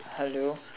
hello